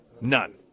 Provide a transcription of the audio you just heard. None